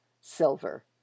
silver